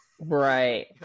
Right